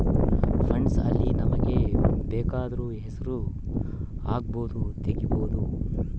funds ಅಲ್ಲಿ ನಮಗ ಬೆಕಾದೊರ್ ಹೆಸರು ಹಕ್ಬೊದು ತೆಗಿಬೊದು